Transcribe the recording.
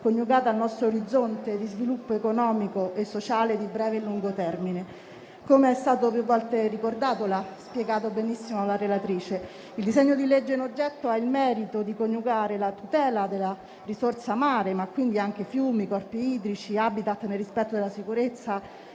coniugata al nostro orizzonte di sviluppo economico e sociale di breve e lungo termine. Come è stato più volte ricordato e come ha spiegato benissimo la relatrice, il disegno di legge in oggetto ha il merito di coniugare la tutela della risorsa mare (ma anche fiumi, porti idrici, *habitat*), nel rispetto della sicurezza